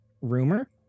rumor